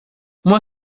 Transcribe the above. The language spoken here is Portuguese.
uma